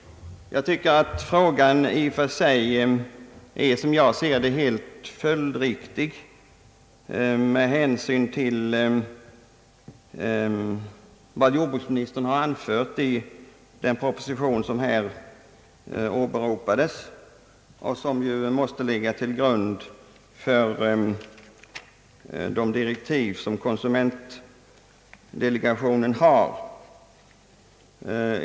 Jag tycker att frågan i och för sig är, som jag ser det, helt följdriktig med hänsyn till vad jordbruksministern har anfört i den proposition, som här har åberopats och som ju måste ligga till grund för direktiven till konsumentdelegationen.